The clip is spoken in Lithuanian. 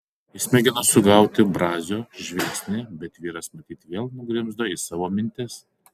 jis mėgino sugauti brazio žvilgsnį bet vyras matyt vėl nugrimzdo į savo mintis